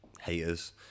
haters